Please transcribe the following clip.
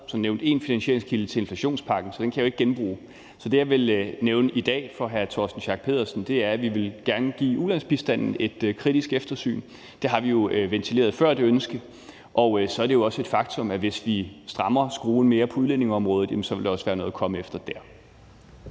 nævnt én finansieringskilde til inflationspakken, så den kan jeg jo ikke genbruge. Så det, jeg vil nævne for hr. Torsten Schack Pedersen i dag, er, at vi gerne vil give ulandsbistanden et kritisk eftersyn. Det ønske har vi jo ventileret før. Og så er det også et faktum, at hvis vi strammer skruen mere på udlændingeområdet, vil der også være noget at komme efter der.